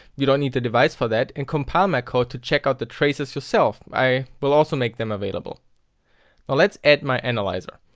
you don't need the device for that, and compile my code to check out the traces yourself. i will also make them available. no let's add my analyzer.